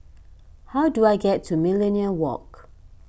how do I get to Millenia Walk